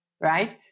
right